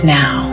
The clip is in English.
now